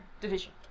division